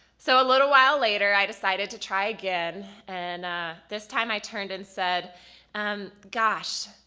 so a little while later i decided to try again and this time i turned and said, um gosh,